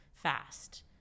fast